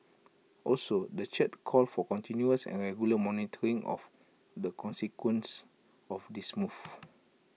also the church called for continuous and regular monitoring of the consequences of this move